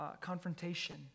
confrontation